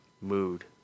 mood